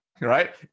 right